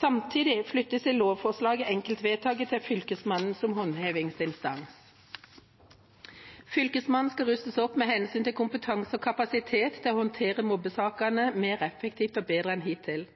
Samtidig flyttes – i lovforslaget – enkeltvedtaket til Fylkesmannen som håndhevingsinstans. Fylkesmannen skal rustes opp med hensyn til kompetanse og kapasitet til å håndtere mobbesakene mer effektivt og bedre enn hittil.